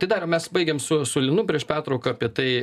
tai dariau mes baigėm su su linu prieš pertrauką apie tai